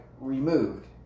removed